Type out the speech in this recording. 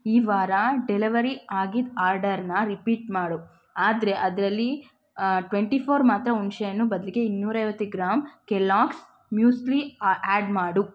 ಈ ವಾರ ಡೆಲಿವರ್ ಆಗಿದ್ದ ಆರ್ಡರ್ನ ರಿಪೀಟ್ ಮಾಡು ಆದರೆ ಅದರಲ್ಲಿ ಟ್ವೆಂಟಿ ಫೋರ್ ಮಾತ್ರ ಹುಣಸೇಹಣ್ಣು ಬದಲಿಗೆ ಇನ್ನೂರೈವತ್ತು ಗ್ರಾಂ ಕೆಲ್ಲಾಗ್ಸ್ ಮ್ಯೂಸ್ಟ್ಲಿ ಆ್ಯಡ್ ಮಾಡು